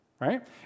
Right